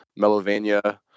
Melovania